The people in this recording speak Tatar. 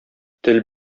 тел